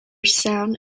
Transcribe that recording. sound